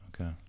okay